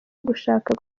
gushaka